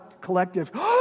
collective